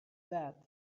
that